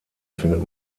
findet